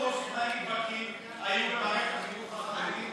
מהנדבקים היו במערכת החינוך החרדית,